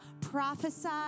prophesy